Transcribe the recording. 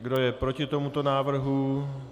Kdo je proti tomuto návrhu?